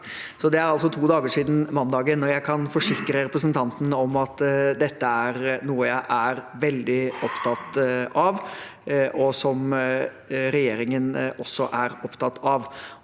det er altså to dager siden mandag, og jeg kan forsikre representanten om at dette er noe jeg er veldig opptatt av, og som regjeringen også er opptatt av.